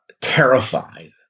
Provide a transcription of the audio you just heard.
terrified